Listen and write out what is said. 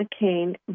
McCain